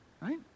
Right